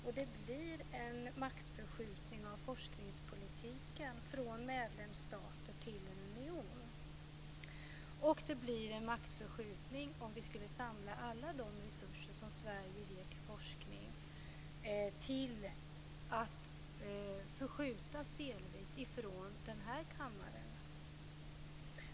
Och det blir en maktförskjutning av forskningspolitiken från medlemsstater till en union. Det blir en maktförskjutning om vi från den här kammaren delvis skulle förskjuta alla de resurser som Sverige ger till forskning.